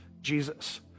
Jesus